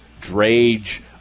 Drage